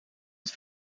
het